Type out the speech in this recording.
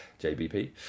jbp